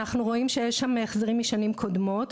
אנחנו רואים שיש שם החזרים משנים קודמות,